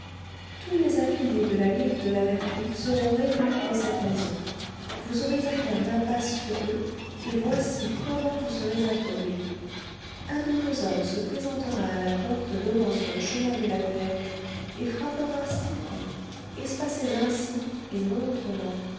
tous les affiliés de la ligue de la vertu seront réunis dans cette maison vous aurez à faire main basse sur eux et voici comment vous serez introduit un de vos hommes se présentera à la porte donnant sur le chemin de la muette et frappera six coups espacés ainsi et non autrement